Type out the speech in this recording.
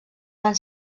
van